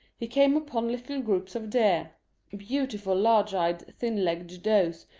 he came upon little groups of deer beautiful large-eyed thin-legged does,